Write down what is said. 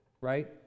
right